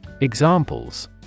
Examples